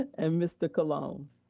and mr. colon.